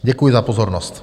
Děkuji za pozornost.